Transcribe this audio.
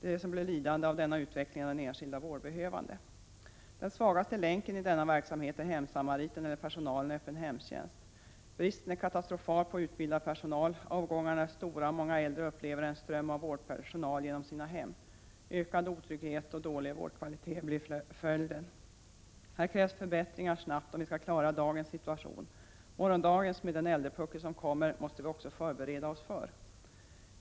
Den som blir lidande av denna utveckling är den enskilde vårdbehövande. Den svagaste länken i denna verksamhet är hemsamariten eller personalen i öppen hemtjänst. Bristen på utbildad personal är katastrofal, avgångarna är stora, och många äldre upplever en ström av vårdpersonal genom sina hem. Ökad otrygghet och dålig vårdkvalitet blir följden. Här krävs förbättringar snabbt om vi skall klara dagens situation. Morgondagens situation med den äldrepuckel som kommer måste vi också förbereda oss för.